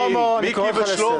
שלמה, אני קורא אותך לסדר.